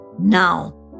Now